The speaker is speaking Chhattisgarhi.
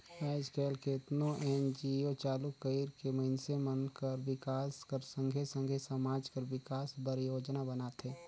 आएज काएल केतनो एन.जी.ओ चालू कइर के मइनसे मन कर बिकास कर संघे संघे समाज कर बिकास बर योजना बनाथे